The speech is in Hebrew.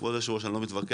כבוד היו"ר, אני לא מתווכח.